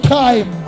time